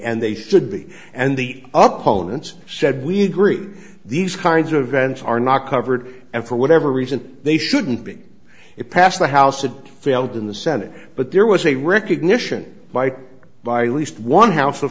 and they stood big and the up hollands said we agree these kinds of events are not covered and for whatever reason they shouldn't be it passed the house it failed in the senate but there was a recognition by by least one house of